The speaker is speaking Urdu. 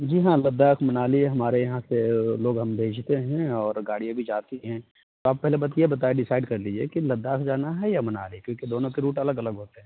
جی ہاں لداخ منالی ہمارے یہاں سے لوگ ہم بھیجتے ہیں اور گاڑیاں بھی جاتی ہیں آپ پہلے بات یہ بتا ڈیسائڈ کر لیجیے کہ لداخ جانا ہے یا منالی کیونکہ دونوں کے روٹ الگ الگ ہوتے ہیں